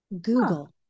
Google